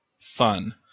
fun